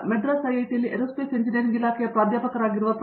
ಮದ್ರಾಸ್ ಐಐಟಿಯಲ್ಲಿ aerospace engineering ಇಲಾಖೆಯ ಪ್ರಾಧ್ಯಾಪಕರಾಗಿದ್ದ ಪ್ರೊ